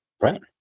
Right